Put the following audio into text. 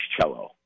cello